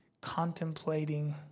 contemplating